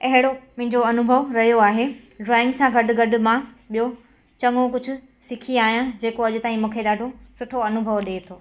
अहिड़ो मुंहिंजो अनुभव रयो आहे ड्रॉइंग सां गॾु गॾु मां ॿियो चङो कुझु सिखी आहियां जेको अॼु ताईं मूंखे ॾाढो सुठो अनुभव ॾिए थो